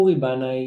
אורי בנאי